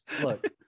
look